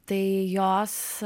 tai jos